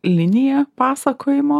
linija pasakojimo